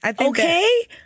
Okay